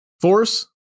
Force